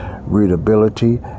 readability